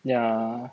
yeah